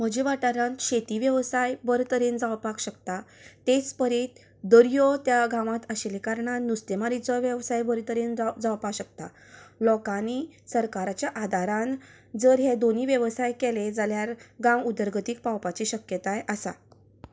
म्हज्या वाठारांत शेती वेवसाय बरें तरेन जावपाक शकता तेच परेन दर्यो त्या गांवांत आशिल्ल्या कारणान नुस्तेंमारिचो वेवसाय जाव जावपाक शकता लोकांनी सरकाराच्या आदारान जर हे दोनी वेवसाय केलें जाल्यार गांव उदरगतीक पावपाची शक्यताय आसा